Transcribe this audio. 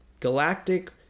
Galactic